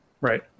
Right